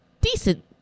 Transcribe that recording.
decent